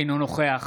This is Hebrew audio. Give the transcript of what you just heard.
אינו נוכח